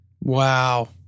Wow